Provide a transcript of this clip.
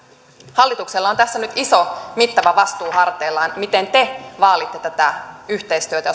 hallituksella on tässä nyt iso mittava vastuu harteillaan miten te vaalitte tätä yhteistyötä